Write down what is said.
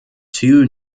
two